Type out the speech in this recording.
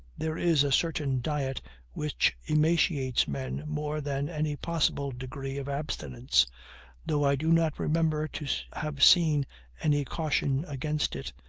there is a certain diet which emaciates men more than any possible degree of abstinence though i do not remember to have seen any caution against it,